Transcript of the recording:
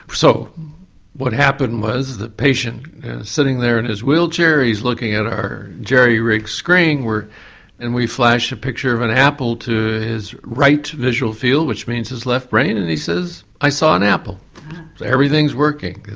so what happened was the patient's sitting there in his wheelchair, he's looking at our jerry rigged screen, and we flash a picture of an apple to his right visual field which means his left brain and he says, i saw an apple' so everything is working.